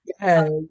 Yes